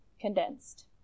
Condensed